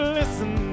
listen